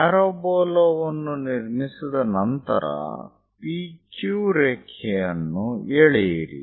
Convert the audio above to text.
ಪ್ಯಾರಾಬೋಲಾವನ್ನು ನಿರ್ಮಿಸಿದ ನಂತರ PQ ರೇಖೆಯನ್ನು ಎಳೆಯಿರಿ